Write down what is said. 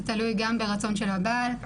זה תלוי גם ברצון של הבעל,